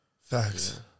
Facts